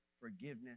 forgiveness